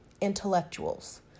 intellectuals